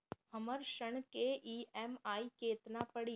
हमर ऋण के ई.एम.आई केतना पड़ी?